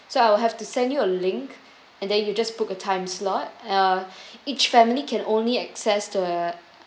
so I'll have to send you a link and then you just book a time slot uh each family can only access the